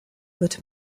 wird